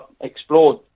explored